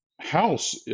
House